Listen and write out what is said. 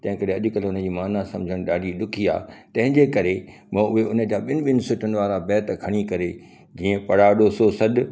तंहिं करे अॼुकल्ह उन जी माना सम्झण ॾाढी ॾुखी आहे तंहिंजे करे मां उहे उन जा ॿिन ॿिन सिटिन वारा बेत खणी करे जीअं पढ़ाॾो सो सॾ